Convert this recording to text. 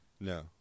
No